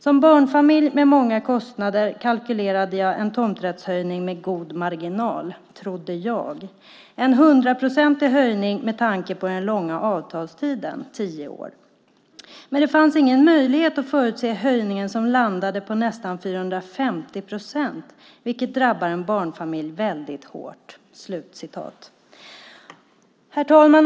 Som barnfamilj med många kostnader kalkylerade jag en tomträttshöjning med god marginal, trodde jag, en 100 % höjning med tanke på den långa avtalstiden . Men det fanns ingen möjlighet att förutse höjningen som landade på nästan 450 %, vilket drabbar en barnfamilj väldigt hårt."